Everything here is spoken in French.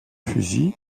fusil